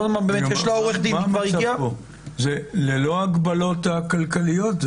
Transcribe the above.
זה ללא הגבלות כלכליות?